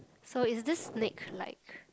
so is this snake like